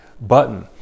button